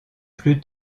plus